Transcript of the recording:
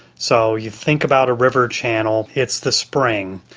so you think about a river channel, it's the spring,